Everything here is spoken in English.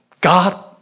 God